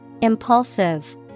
Impulsive